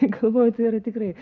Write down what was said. tai galvoju tai yra tikrai